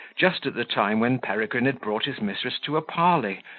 just at the time when peregrine had brought his mistress to a parley,